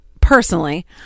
personally